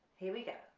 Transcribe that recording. here we go,